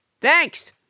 Thanks